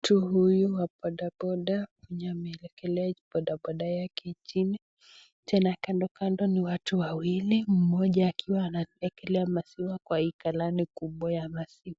Mtu huyu wa bodboda, mwenye ameekelea bodboda yake chini, tena kando kando ni watu wawili moja akiwa anaekelea maziwa kwa hii kalani,(cs), kubwa ya maziwa .